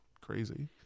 crazy